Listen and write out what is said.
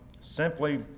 simply